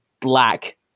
black